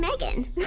Megan